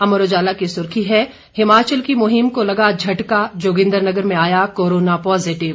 अमर उजाला की सुर्खी है हिमाचल की मुहिम को लगा झटका जोगिंद्रनगर में आया कोरोना पॉजिटिव